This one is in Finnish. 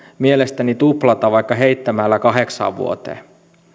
mielestäni tuplata vaikka heittämällä kahdeksaan vuoteen